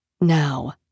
now